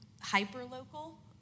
hyper-local